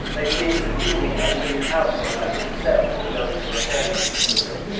they seemed to see me a willing outlaw like themselves. as though it were a bond between us.